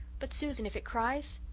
but, susan, if it cries?